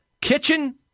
Kitchen